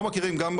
לא מכירים,